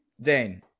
Dane